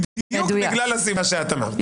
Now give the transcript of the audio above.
בדיוק בגלל הסיבה שאת אמרת.